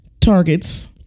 Targets